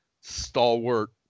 stalwart